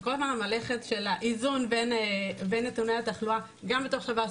זו כל הזמן המערכת של האיזון בין נתוני התחלואה גם בתוך שב"ס,